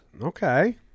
Okay